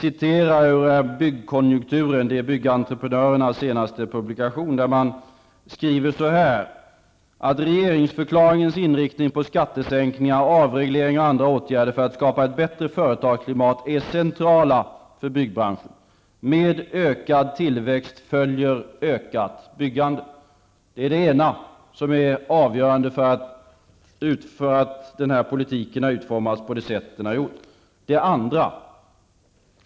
I byggentreprenörernas senaste publikation, Byggkonjunkturen, skriver man så här: ''Regeringsförklaringens inriktning på skattesänkningar, avregleringar och andra åtgärder för att skapa ett bättre företagsklimat är centrala för byggbranschen. Med ökad tillväxt följer ökat byggande.'' Detta är det ena som är avgörande för att politiken har utformats på det här sättet.